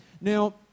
Now